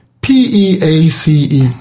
P-E-A-C-E